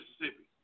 Mississippi